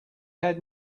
had